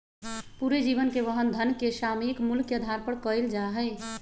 पूरे जीवन के वहन धन के सामयिक मूल्य के आधार पर कइल जा हई